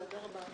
זה עבר פה אחד.